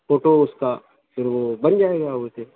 photo اس کا پھر وہ بن جائے گا اس سے